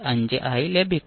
5 ആയി ലഭിക്കും